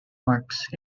marks